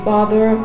Father